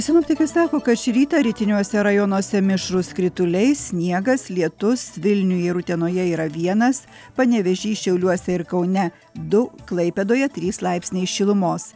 sinoptikai sako kad šį rytą rytiniuose rajonuose mišrūs krituliai sniegas lietus vilniuje ir utenoje yra vienas panevėžy šiauliuose ir kaune du klaipėdoje trys laipsniai šilumos